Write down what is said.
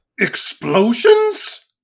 Explosions